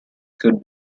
could